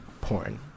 Porn